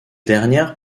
dernières